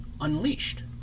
unleashed